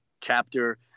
chapter